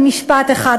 במשפט אחד,